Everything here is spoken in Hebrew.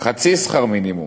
חצי שכר מינימום,